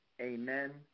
amen